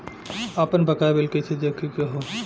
आपन बकाया बिल कइसे देखे के हौ?